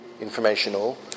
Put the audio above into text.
informational